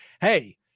Hey